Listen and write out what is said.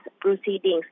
proceedings